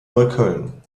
neukölln